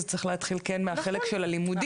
זה צריך להתחיל כן מהחלק של הלימודים,